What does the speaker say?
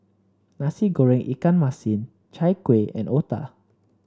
Nasi Goreng Ikan Masin Chai Kueh and otah